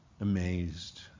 amazed